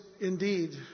indeed